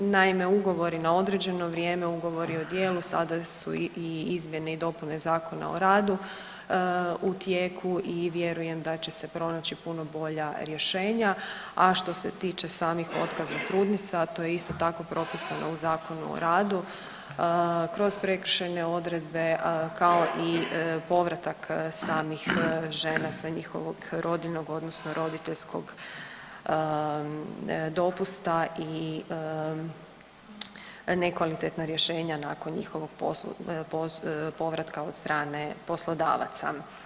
Naime, ugovori na određeno vrijeme, ugovori o djelu sada su i izmjene i dopune Zakona o radu u tijeku i vjerujem da će se pronaći puno bolja rješenja, a što se tiče samih otkaza trudnica, to je isto tako, propisano u Zakonu o radu kroz prekršajne odredbe, kao i povratak samih žena sa njihovog rodiljnog odnosno roditeljskog dopusta i nekvalitetna rješenja nakon njihovog povratka od strane poslodavaca.